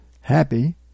happy